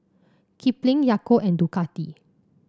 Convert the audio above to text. Kipling Yakult and Ducati